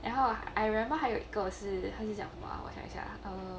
ya I remember 还有一个是他就讲什么 ah 我想一下 err